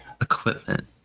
Equipment